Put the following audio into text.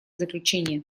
заключение